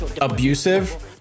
abusive